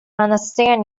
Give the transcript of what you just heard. understand